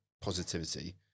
positivity